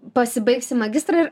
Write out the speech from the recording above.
pasibaigsi magistrą ir